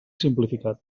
simplificat